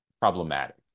problematic